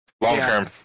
long-term